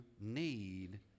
need